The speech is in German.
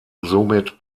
somit